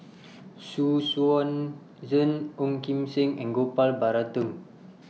Xu Yuan Zhen Ong Kim Seng and Gopal Baratham